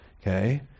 Okay